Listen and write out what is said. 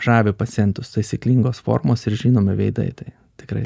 žavi pacientus taisyklingos formos ir žinomi veidai tai tikrai